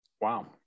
Wow